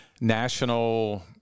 national